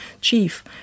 chief